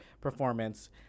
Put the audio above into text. performance